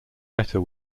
better